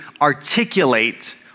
articulate